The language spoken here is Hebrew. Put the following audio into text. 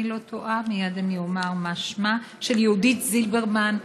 יהודית זילברמן,